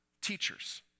Teachers